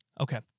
Okay